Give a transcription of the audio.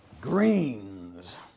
greens